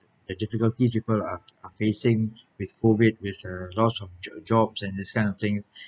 difficulties people are are facing with COVID with uh loss of j~ jobs and these kind of thing